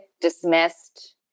dismissed